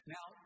Now